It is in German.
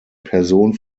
person